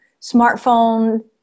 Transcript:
smartphone